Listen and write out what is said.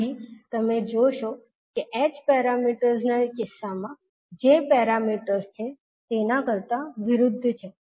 અહીં તમે જોશો કે h પેરામીટર્સ ના કિસ્સામાં જે પેરામીટર્સ છે તેનાથી વિરુદ્ધ છે